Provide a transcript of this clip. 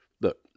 Look